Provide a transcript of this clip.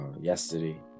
yesterday